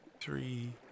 three